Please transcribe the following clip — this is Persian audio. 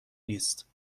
نیست